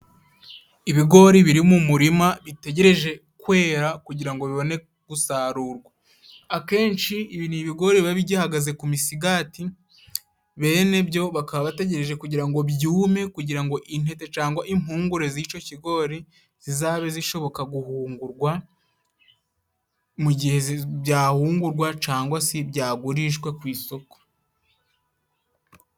Ibigori biri mu murima bitegereje kwera kugira ngo bibone gusarurwa .Akenshi ibi ni ibigori biba bigihagaze ku misigati, bene byo bakaba bategereje kugira ngo byume kugira ngo intete cyangwa impungure z'icyo kigori zizabe zishoboka guhungurwa mu gihe byahungurwa cyangwa se byagurishwa ku isoko.